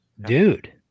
dude